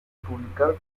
publicar